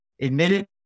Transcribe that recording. admitted